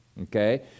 okay